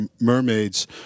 mermaids